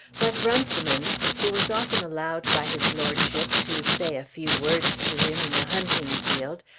but runciman, who was often allowed by his lordship to say a few words to him in the hunting-field,